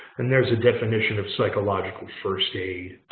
and there's a definition of psychological first aid.